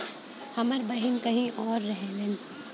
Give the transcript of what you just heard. हमार बहिन कहीं और रहेली